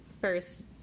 first